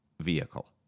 vehicle